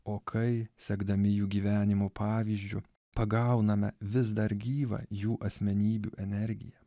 o kai sekdami jų gyvenimo pavyzdžiu pagauname vis dar gyvą jų asmenybių energiją